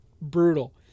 brutal